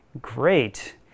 great